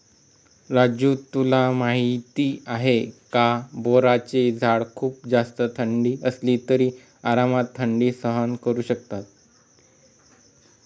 राजू तुला माहिती आहे का? बोराचे झाड खूप जास्त थंडी असली तरी आरामात थंडी सहन करू शकतात